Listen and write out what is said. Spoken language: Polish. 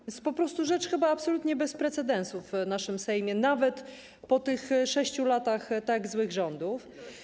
To jest po prostu rzecz chyba absolutnie bez precedensu w naszym Sejmie nawet po 6 latach tak złych rządów.